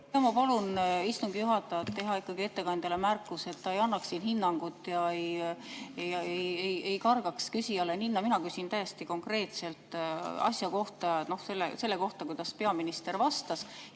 Ma palun istungi juhatajal teha ikkagi ettekandjale märkus, et ta ei annaks siin hinnangut ega kargaks küsijale ninna. Mina küsisin täiesti konkreetselt asja kohta, selle kohta, kuidas peaminister vastas,